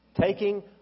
taking